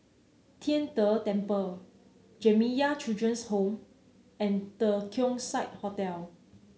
Tian De Temple Jamiyah Children's Home and The Keong Saik Hotel